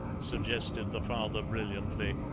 suggested the father brilliantly,